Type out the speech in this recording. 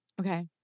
Okay